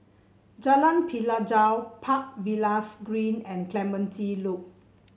Jalan Pelajau Park Villas Green and Clementi Loop